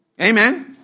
Amen